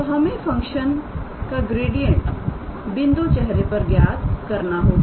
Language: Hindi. तो हमें फंक्शन का ग्रेडियंट बिंदु चेहरे पर ज्ञात करना होगा